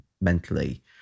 mentally